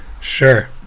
Sure